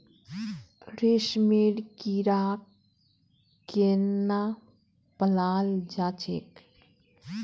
रेशमेर कीड़ाक केनना पलाल जा छेक